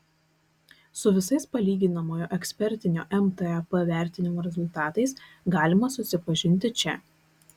su visais palyginamojo ekspertinio mtep vertinimo rezultatais galima susipažinti čia